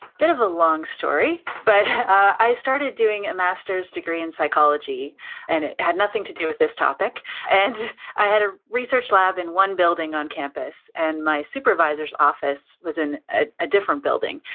bit of a long story, but i started doing a master's degree in psychology and it had nothing to do with this topic and i had a research lab in one building on campus and my supervisor's office was in a a different building,